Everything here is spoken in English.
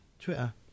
Twitter